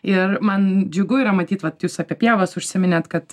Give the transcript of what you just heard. ir man džiugu yra matyt vat jūs apie pievas užsiminėt kad